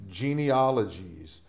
genealogies